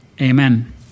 Amen